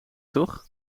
toch